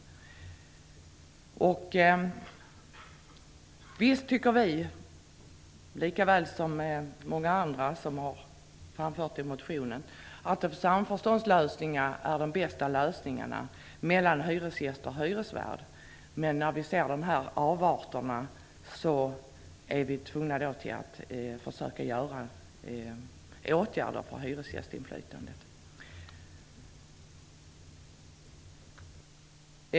Visst tycker vi, lika väl som många andra som har framfört det i motioner, att samförståndslösningar är de bästa lösningarna mellan hyresgäst och hyresvärd. Men när vi ser de här avarterna är vi tvungna att försöka vidta åtgärder när det gäller hyresgästinflytandet.